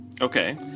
Okay